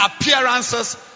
appearances